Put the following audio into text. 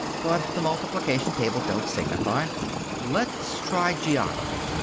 but the multiplication table don't signify let's try geography.